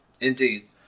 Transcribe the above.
Indeed